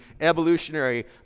evolutionary